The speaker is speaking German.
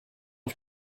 auf